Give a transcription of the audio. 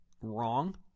wrong